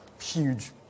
huge